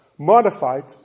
Modified